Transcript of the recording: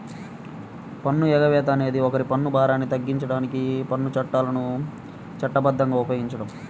పన్ను ఎగవేత అనేది ఒకరి పన్ను భారాన్ని తగ్గించడానికి పన్ను చట్టాలను చట్టబద్ధంగా ఉపయోగించడం